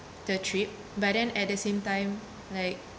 the trip but then at the same time like